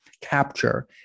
capture